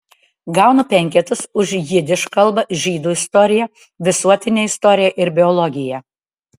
gaunu penketus už jidiš kalbą žydų istoriją visuotinę istoriją ir biologiją